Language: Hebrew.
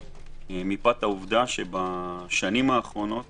מפאת העובדה שבשנים האחרונות